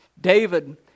David